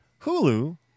Hulu